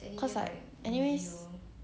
cause like anyway